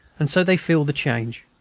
and so they feel the change.